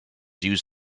use